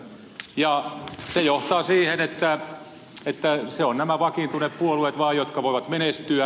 ja se johtaa siihen että vain nämä vakiintuneet puolueet voivat menestyä